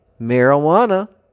marijuana